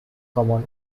common